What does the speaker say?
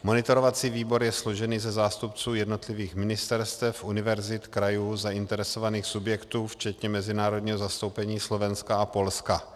Monitorovací výbor je složen ze zástupců jednotlivých ministerstev, univerzit, krajů, zainteresovaných subjektů včetně mezinárodního zastoupení Slovenska a Polska.